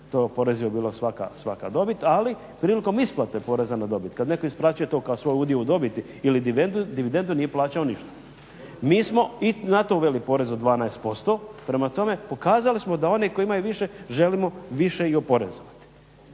oporezivo bilo svaka dobit. Ali prilikom isplate poreza na dobit kad netko isplaćuje to kao svoj udio u dobiti ili dividendu nije plaćao ništa. Mi smo i na to uveli porez od 12%. Prema tome, pokazali smo da oni koji imaju više želimo više i oporezovati.